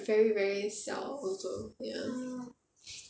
write very very 小 also ya